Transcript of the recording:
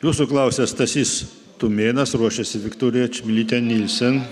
jūsų klausia stasys tumėnas ruošiasi viktorija čmilytė nilsen